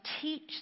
teach